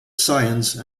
science